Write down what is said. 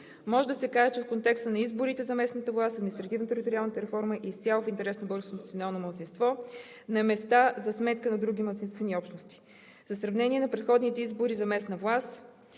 Може да се каже, че в контекста на изборите за местната власт административно-териториалната реформа е изцяло в интерес на българското национално малцинство на места за сметка на други малцинствени общности. За сравнение на предходните избори за местна власт